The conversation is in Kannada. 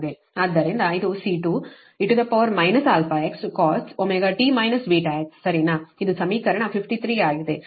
ಆದ್ದರಿಂದ ಇದು C2 e αx cos ωt βx ಸರಿನಾ ಇದು ಸಮೀಕರಣ 53 ಆಗಿದೆ